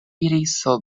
iriso